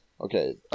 Okay